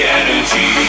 energy